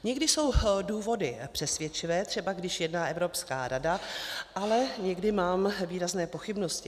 Někdy jsou důvody přesvědčivé, třeba když jedná Evropská rada, ale někdy mám výrazné pochybnosti.